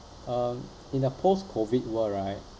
um in a post COVID world right